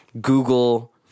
Google